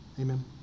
amen